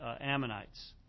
Ammonites